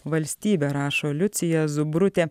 valstybe rašo liucija zubrutė